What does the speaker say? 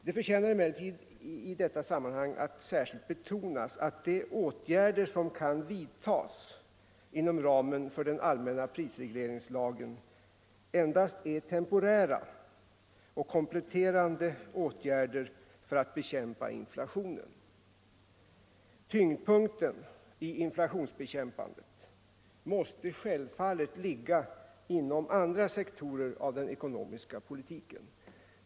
Det förtjänar emellertid i detta sammanhang att särskilt betonas att de åtgärder som kan vidtagas inom ramen för den allmänna prisregleringslagen endast är temporära och kompletterande åtgärder för att bekämpa inflationen. Tyngdpunkten i inflationsbekämpandet måste självfallet ligga inom andra sektorer av den ekonomiska politiken.